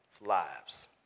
lives